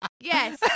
Yes